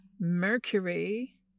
Mercury